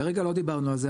כרגע לא דיברנו על זה.